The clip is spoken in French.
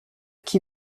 qui